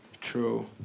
True